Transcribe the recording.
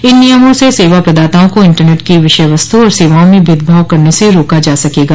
इन नियमों से सेवा प्रदाताओं को इंटरनेट की विषय वस्तु और सेवाओं में भेदभाव करने से रोका जा सकेगा